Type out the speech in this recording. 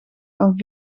van